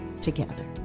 together